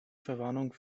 verwarnung